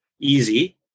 easy